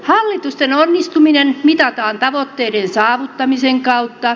hallitusten onnistuminen mitataan tavoitteiden saavuttamisen kautta